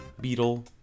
beetle